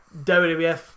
WWF